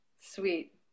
Sweet